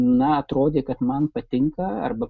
na atrodė kad man patinka arba